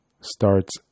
starts